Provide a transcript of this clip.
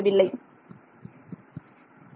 Refer Time 1316